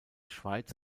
schweiz